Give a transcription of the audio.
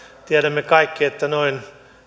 tiedämme kaikki että noin